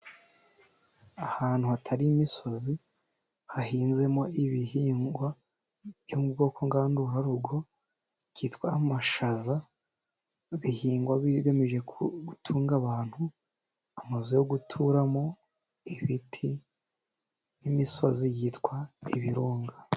Ahantu hatari imisozi, hahinzemo ibihingwa byo' mu bwoko ngandurarugo kitwa amashaza, bihingwa bigamije gutunga abantu, amazu yo guturamo, ibiti n'imisozi yitwa ibirunga.